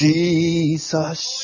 Jesus